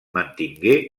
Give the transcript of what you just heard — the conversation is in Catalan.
mantingué